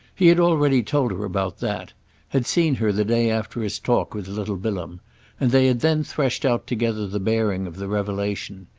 he had already told her about that had seen her the day after his talk with little bilham and they had then threshed out together the bearing of the revelation.